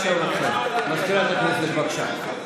מזכירת הכנסת, בבקשה.